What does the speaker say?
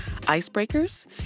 icebreakers